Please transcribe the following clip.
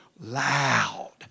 loud